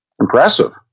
Impressive